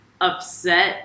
upset